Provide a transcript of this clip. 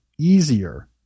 easier